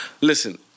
Listen